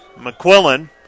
McQuillan